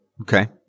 okay